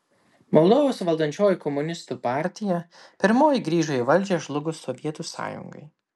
moldovos valdančioji komunistų partija pirmoji grįžo į valdžią žlugus sovietų sąjungai